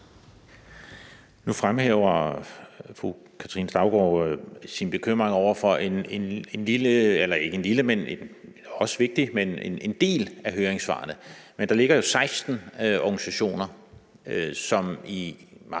Nu fremhæver fru Katrine Daugaard sin bekymring over for en lille, men vigtig del af høringssvarene. Der er jo 16 organisationer, som i meget